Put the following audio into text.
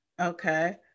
Okay